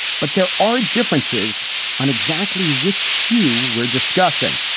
but there are differences on exactly which hue we're discussing.